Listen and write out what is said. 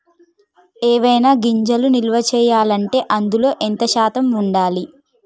ఏవైనా గింజలు నిల్వ చేయాలంటే అందులో ఎంత శాతం ఉండాలి?